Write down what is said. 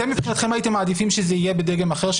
אתם מבחינתכם הייתם מעדיפים שזה יהיה בדגם אחר,